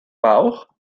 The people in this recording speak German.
bauch